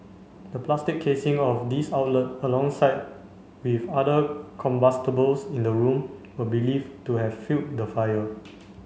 the plastic casing of these outlet alongside with other combustibles in the room were believed to have fuelled the fire